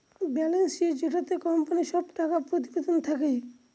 balance sheet যেটাতে কোম্পানির সব টাকা প্রতিবেদন থাকে